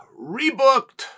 rebooked